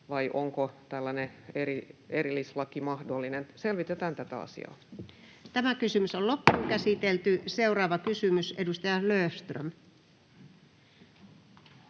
vai onko tällainen erillislaki mahdollinen. Selvitetään tätä asiaa. Seuraava kysymys, edustaja Löfström.